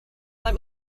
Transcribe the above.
let